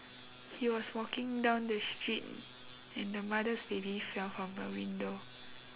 he was walking down the street and the mother's baby fell from the window